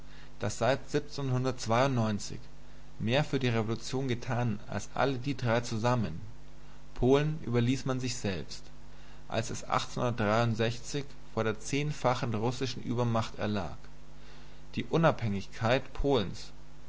das seit mehr für die revolution getan als alle diese drei zusammen polen überließ man sich selbst als es vor der zehnfachen russischen übermacht erlag die unabhängigkeit polens